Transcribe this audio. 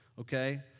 Okay